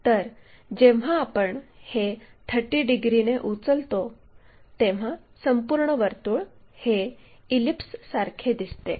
तर जेव्हा आपण हे 30 डिग्रीने उचलतो तेव्हा संपूर्ण वर्तुळ हे इलिप्ससारखे दिसते